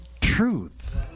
truth